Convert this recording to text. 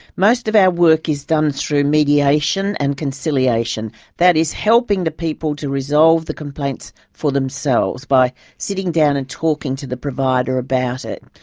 most of our work is done through mediation and conciliation that is, helping the people to resolve the complaints for themselves, by sitting down and talking to the provider about it.